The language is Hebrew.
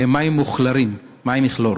הייתה מים מוכלרים, מים עם כלור.